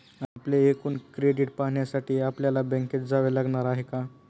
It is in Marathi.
आपले एकूण क्रेडिट पाहण्यासाठी आपल्याला बँकेत जावे लागणार आहे का?